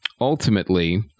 ultimately